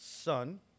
son